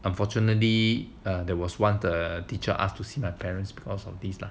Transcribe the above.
unfortunately there was once the teacher asked to see my parents because of these lah